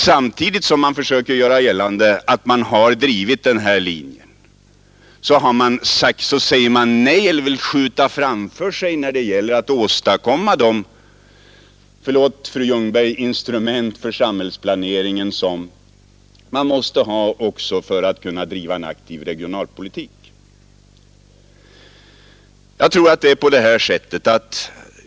Samtidigt försöker man skjuta ifrån sig de insatser som behövs för att åstadkomma de instrument — förlåt, fröken Ljungberg — för samhällsplaneringen som vi också måste ha för att kunna bedriva en aktiv regionalpolitik.